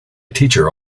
teacher